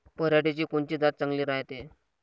पऱ्हाटीची कोनची जात चांगली रायते?